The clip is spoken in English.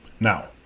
Now